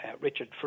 richard